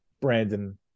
Brandon